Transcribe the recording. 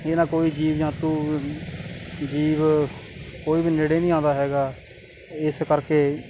ਇਹ ਨਾ ਕੋਈ ਜੀਵ ਕੋਈ ਵੀ ਨੇੜੇ ਨਹੀਂ ਆਉਂਦਾ ਹੈਗਾ ਇਸ ਕਰਕੇ